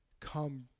Come